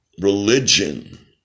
religion